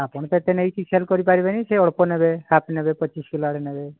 ଆପଣ କେତେ ନେଇକି ସେଲ୍ କରି ପାରିବେନି ସେଇ ଅଳ୍ପ ନେବେ ହାଫ୍ ନେବେ ପଚିଶ କିଲୋ ଆଳୁ ନେବେ